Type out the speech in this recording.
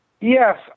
Yes